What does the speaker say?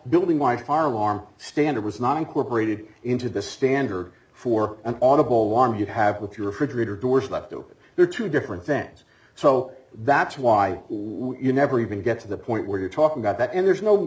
building my firearm standard was not incorporated into the standard for an audible one you have with your refrigerator doors left open there are two different things so that's why you never even get to the point where you're talking about that and there's no